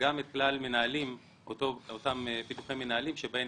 וגם את כלל מנהלים - אותם ביטוחי מנהלים שבהם